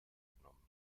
genommen